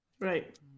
right